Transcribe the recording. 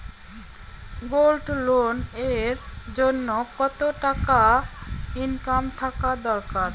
Gold loan এর জইন্যে কতো টাকা ইনকাম থাকা দরকার?